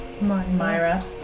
Myra